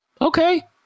Okay